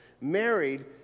married